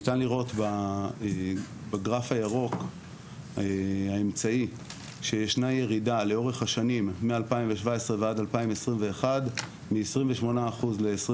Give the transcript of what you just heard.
ניתן לראות בגרף הירק האמצעי שישנה ירידה מ-2017 ועד-2021 מ-28% ל-21%.